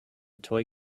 toy